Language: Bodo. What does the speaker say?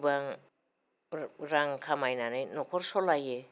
गोबां रां खामायनानै नखर सलायो